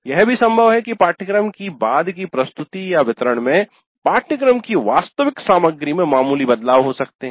यह भी संभव है कि पाठ्यक्रम की बाद की प्रस्तुतिवितरण में पाठ्यक्रम की वास्तविक सामग्री में मामूली बदलाव हो सकते हैं